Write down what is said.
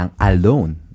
alone